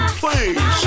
please